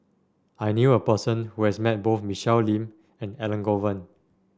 I knew a person who has met both Michelle Lim and Elangovan